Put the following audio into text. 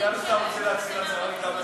סגן השר רוצה להציע הצעה מטעם הממשלה.